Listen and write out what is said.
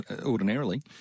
ordinarily